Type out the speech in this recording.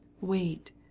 Wait